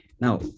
Now